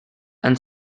and